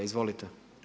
Izvolite.